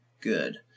good